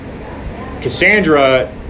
cassandra